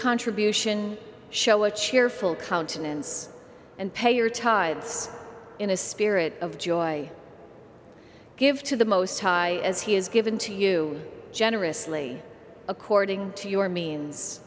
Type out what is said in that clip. contribution show a cheerful countenance and pay your tides in a spirit of joy give to the most high as he is given to you generously according to your means